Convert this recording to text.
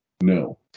No